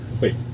Wait